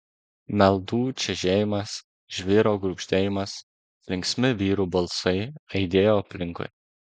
meldų čežėjimas žvyro gurgždėjimas linksmi vyrų balsai aidėjo aplinkui